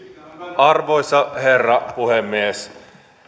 arvoisa herra puhemies